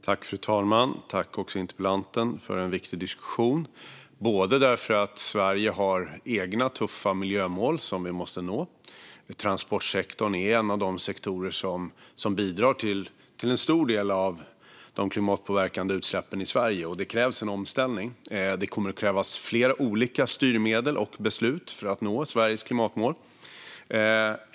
Fru talman! Tack, interpellanten, för en viktig diskussion! Sverige har egna tuffa miljömål som vi måste nå. Transportsektorn är en av de sektorer som bidrar till en stor del av de klimatpåverkande utsläppen i Sverige, och det krävs en omställning. Det kommer att krävas flera olika styrmedel och beslut för att nå Sveriges klimatmål.